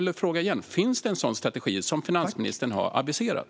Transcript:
Jag frågar igen: Finns det en sådan strategi, som finansministern har aviserat?